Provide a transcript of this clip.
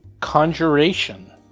Conjuration